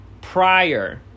prior